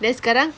then sekarang